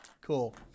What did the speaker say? Cool